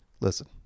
Listen